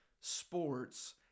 sports